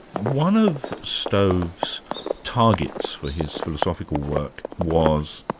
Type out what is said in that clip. one of stove's targets for his philosophical work was,